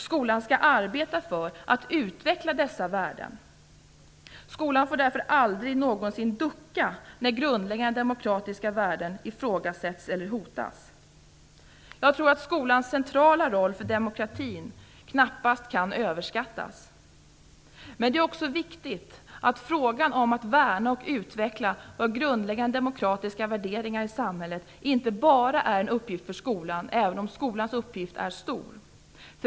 Skolan skall arbeta för att dessa värden utvecklas. Skolan får därför aldrig någonsin ducka när grundläggande demokratiska värden ifrågasätts eller hotas. Jag tror att skolans centrala roll för demokratin knappast kan överskattas. Men det är också viktigt att frågan om att värna och utveckla våra grundläggande demokratiska värderingar i samhället inte bara är en uppgift för skolan, även om skolans uppgift är stor.